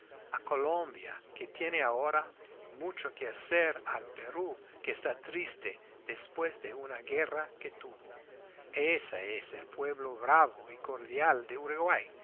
a colombia que tiene ahora mucho que hacer al perú que está triste después de una guerra que tuvo ése es el pueblo bravo y cordial de uruguay